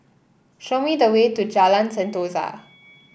show me the way to Jalan Sentosa